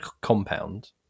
compound